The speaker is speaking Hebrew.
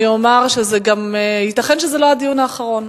ואני גם אומר שייתכן שזה לא הדיון האחרון.